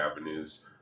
avenues